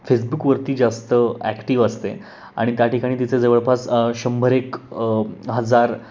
फेसबुकवरती जास्त ॲक्टिव्ह असते आणि त्या ठिकाणी तिचे जवळपास शंभर एक हजार